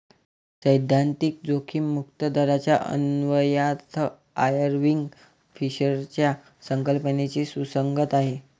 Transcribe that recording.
सैद्धांतिक जोखीम मुक्त दराचा अन्वयार्थ आयर्विंग फिशरच्या संकल्पनेशी सुसंगत आहे